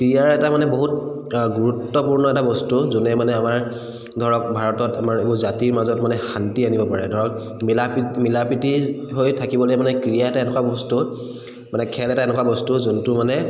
ক্ৰীড়াৰ এটা মানে বহুত অ গুৰুত্বপূৰ্ণ এটা বস্তু যোনে মানে আমাৰ ধৰক ভাৰতত আমাৰ এইবোৰ জাতিৰ মাজত মানে শান্তি আনিব পাৰে ধৰক মিলা মিলা প্ৰীতি হৈ থাকিবলৈ মানে ক্ৰীড়া এটা এনেকুৱা বস্তু মানে খেল এটা এনেকুৱা বস্তু যোনটো মানে